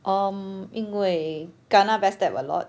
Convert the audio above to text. um 因为 kena backstabbed a lot